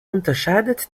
unterscheidet